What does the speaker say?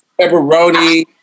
pepperoni